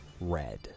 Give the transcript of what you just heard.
red